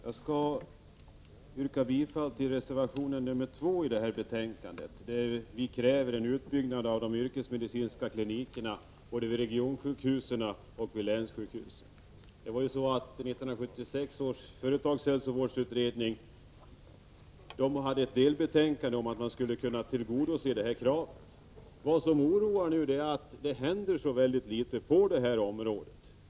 Herr talman! I reservation 2 till detta betänkande kräver vi en utbyggnad av de yrkesmedicinska klinikerna vid både regionsjukhus och länssjukhus. 1976 års företagshälsovårdsutredning avgav ett delbetänkande, som skulle tillgodose detta krav. Vad som nu oroar oss är att det händer så väldigt litet på detta område.